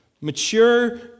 Mature